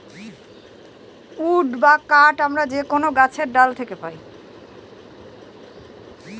would বা কাঠ আমরা যে কোনো গাছের ডাল থাকে পাই